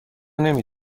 نمی